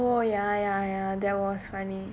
oh ya ya ya that was funny